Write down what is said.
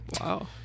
Wow